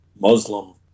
Muslim